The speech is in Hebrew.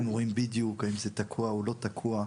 הם רואים בדיוק האם זה תקוע או לא תקוע.